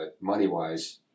money-wise